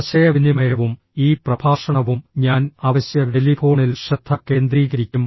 ആശയവിനിമയവും ഈ പ്രഭാഷണവും ഞാൻ അവശ്യ ടെലിഫോണിൽ ശ്രദ്ധ കേന്ദ്രീകരിക്കും